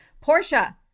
Portia